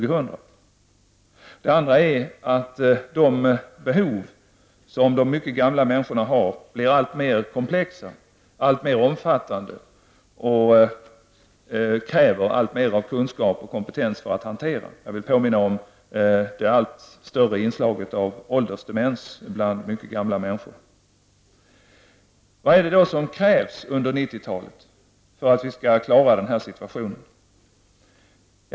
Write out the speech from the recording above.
Den andra tendensen är att de behov som de mycket gamla människorna har blir alltmer komplexa, alltmer omfattande, och kräver alltmer av kunskap och kompetens när det gäller att hantera dem. Jag vill påminna om det allt större inslaget av åldersdemens bland mycket gamla människor. Vad är det då som krävs under 1990-talet för att vi skall klara den här situationen?